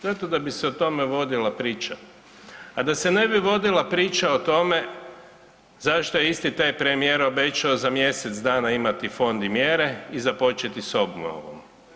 Zato da bi se o tome vodila priča a da se ne bi vodila priča o tome zašto je isti taj premijer obećao za mjesec dana imati fond i mjere i započeti s obnovom.